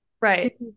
right